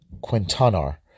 Quintanar